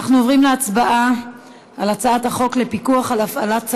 אנחנו עוברים להצבעה על הצעת החוק לפיקוח על הפעלת צהרונים,